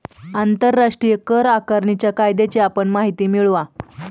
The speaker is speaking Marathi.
आंतरराष्ट्रीय कर आकारणीच्या कायद्याची आपण माहिती मिळवा